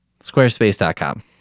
Squarespace.com